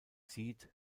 sieht